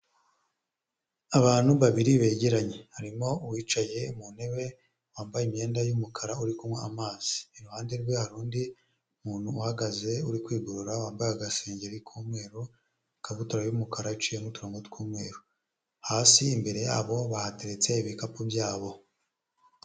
Abantu babiri begeranye harimo uwicaye mu ntebe wambaye imyenda y'umukara uri kunywa amazi, iruhande rwe hari undi muntu uhagaze uri kwigorora wambaye agasengeri k'umweru ikabutura y'umukara aciyemo uturongo tw'umweru hasi imbere yabo bahateretse ibikapu byabo.